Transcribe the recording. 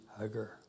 hugger